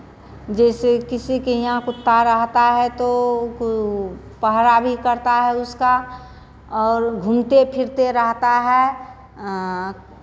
जैसे किसी के यहाँ कुत्ता रहता है तो उसको पहरा भी करता है उसका और घूमते फिरते रहता है